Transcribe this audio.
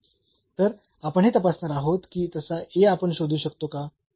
तर आपण हे तपासणार आहोत की तसा आपण शोधू शकतो का